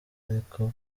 ariko